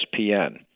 ESPN